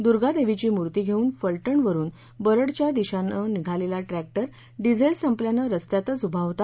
दूर्गादेवीची मूर्ती घेऊन फलटणवरून बरडकडे निघालेला ट्रॅक्टर डिझेल संपल्यानं रस्त्यातच उभा होता